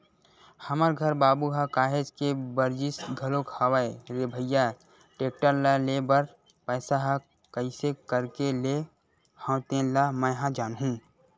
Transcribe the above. हमर घर बाबू ह काहेच के बरजिस घलोक हवय रे भइया टेक्टर ल लेय बर मैय ह कइसे करके लेय हव तेन ल मैय ह जानहूँ